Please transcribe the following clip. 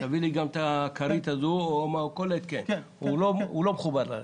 תביא לי גם את הכרית הזאת או כל התקן שלא מחובר לרכב.